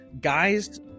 guys